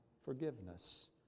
forgiveness